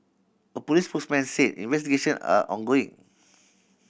a police spokesman said investigation are ongoing